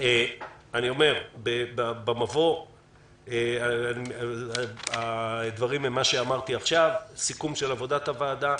במבוא נראה את סיכום עבודת הוועדה